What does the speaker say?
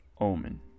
Omen